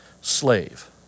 slave